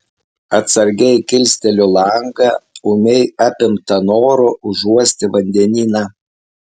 atsargiai kilsteliu langą ūmiai apimta noro užuosti vandenyną